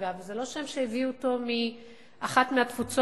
אגב, זה לא שם שהביאו אותו מאחת מהתפוצות,